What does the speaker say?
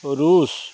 Russia